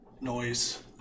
noise